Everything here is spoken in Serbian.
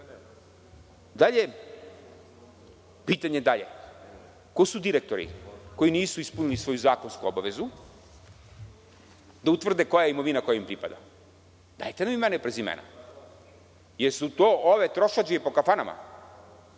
utakmicu. Pitanje dalje, ko su direktori koji nisu ispunili svoju zakonsku obavezu da utvrde koja je imovina koja im pripada? Dajte nam imena i prezimena. Da li su to ove trošadžije po kafanama